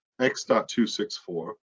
x.264